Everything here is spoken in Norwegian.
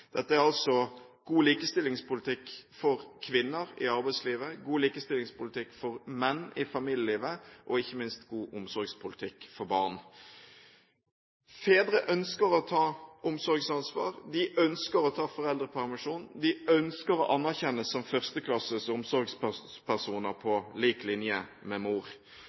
Dette er altså god likestillingspolitikk for kvinner i arbeidslivet, god likestillingspolitikk for menn i familielivet og ikke minst god omsorgspolitikk for barn. Fedre ønsker å ta omsorgsansvar, de ønsker å ta foreldrepermisjon, og de ønsker å anerkjennes som førsteklasses omsorgspersoner på lik linje med mor.